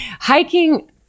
Hiking